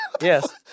Yes